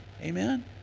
Amen